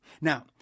Now